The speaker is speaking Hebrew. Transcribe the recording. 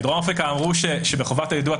בדרום אפריקה אמרו שבחובת היידוע אתה